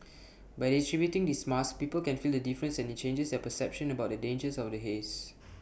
by distributing these masks people can feel the difference and IT changes their perception about the dangers of the haze